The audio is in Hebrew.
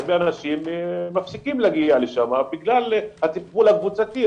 הרבה אנשים מפסיקים להגיע לשם בגלל הטיפול הקבוצתי,